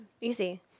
Easy